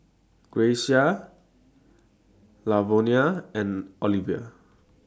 Grayce Lavonia and Olivia